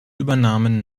übernahmen